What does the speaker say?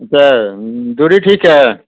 دے دوری ٹھیک ہے